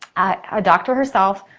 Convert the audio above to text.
a doctor herself,